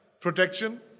Protection